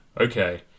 okay